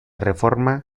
reforma